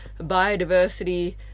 biodiversity